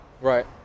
Right